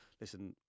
listen